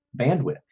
bandwidth